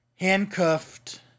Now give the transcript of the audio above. handcuffed